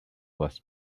was